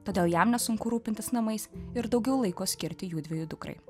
todėl jam nesunku rūpintis namais ir daugiau laiko skirti jųdviejų dukrai